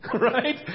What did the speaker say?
Right